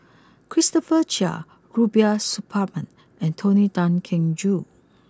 Christopher Chia Rubiah Suparman and Tony Tan Keng Joo